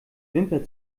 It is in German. wimper